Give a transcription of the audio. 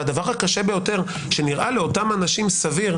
והדבר הקשה ביותר שנראה לאותם אנשים סביר,